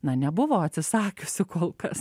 na nebuvo atsisakiusių kol kas